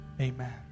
Amen